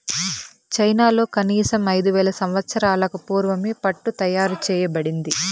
చైనాలో కనీసం ఐదు వేల సంవత్సరాలకు పూర్వమే పట్టు తయారు చేయబడింది